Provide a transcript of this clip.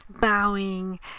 bowing